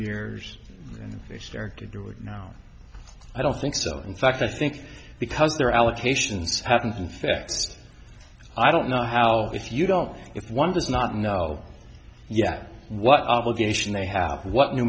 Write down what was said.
years and they start to do it now i don't think so in fact i think because there allocations haven't been faxed i don't know how if you don't if one does not know yet what obligation they have what